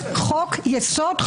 בית משפט נגע בחוקי יסוד.